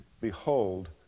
Behold